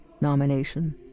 nomination